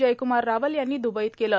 जयक्मार रावल यांनी द्बईत केलं